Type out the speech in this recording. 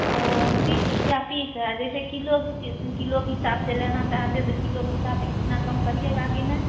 ओ उनतीस रुपया पीस है जैसे किलो के किलो के हिसाब से लेना चाहते हैं तो किलो के हिसाब से कितना कम करिएगा कि नहीं